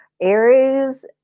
Aries